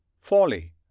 folly